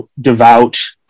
devout